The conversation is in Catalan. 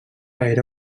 era